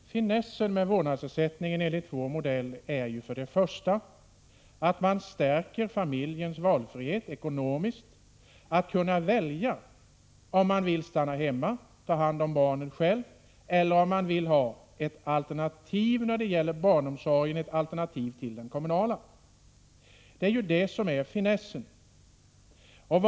Herr talman! Finessen med vårdnadsersättningen enligt vår modell är att man stärker familjernas valfrihet ekonomiskt. Man skall kunna välja att stanna hemma och ta hand om barnen själv, om man vill det, eller välja ett alternativ när det gäller barnomsorgen, ett alternativ till den kommunala barnomsorgen.